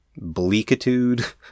bleakitude